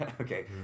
okay